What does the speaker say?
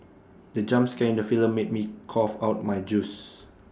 the jump scare in the film made me cough out my juice